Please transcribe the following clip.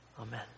Amen